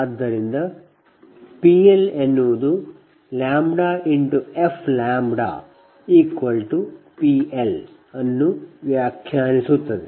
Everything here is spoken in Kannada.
ಆದ್ದರಿಂದ f λ PL ಅನ್ನು ವ್ಯಾಖ್ಯಾನಿಸುತ್ತದೆ